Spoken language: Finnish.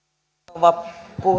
arvoisa